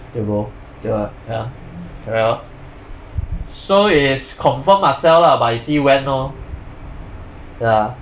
tio bo 对吗 ya correct orh so it's confirm ah sell lah but is see when lor ya